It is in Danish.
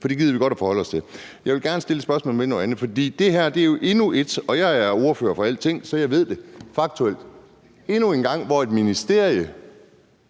for det gider vi godt at forholde os til. Jeg vil gerne stille et spørgsmål om noget andet. Det her er endnu et eksempel, og jeg er ordfører for alting, så jeg ved det faktuelt, på, at et ministerie